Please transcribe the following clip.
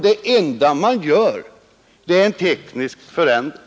Det enda man gör är en teknisk förändring.